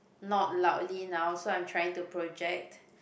not loudly now so I'm trying to project